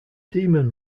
demon